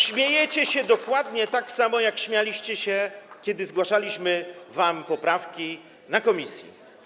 Śmiejecie się dokładnie tak samo, jak śmialiście się, kiedy zgłaszaliśmy wam poprawki w komisji.